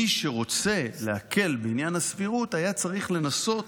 מי שרוצה להקל בעניין הסבירות היה צריך לנסות